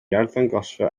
arddangosfa